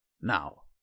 Now